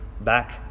back